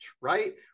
Right